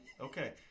Okay